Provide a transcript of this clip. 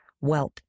wealth